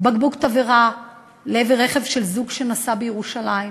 בקבוק תבערה לעבר רכב של זוג שנסע בירושלים.